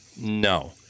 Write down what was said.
No